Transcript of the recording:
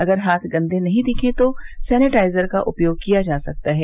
अगर हाथ गंदे नहीं दिखें तो सेनेटाइजर का उपयोग किया जा सकता है